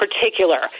particular